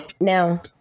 Now